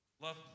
Love